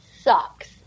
sucks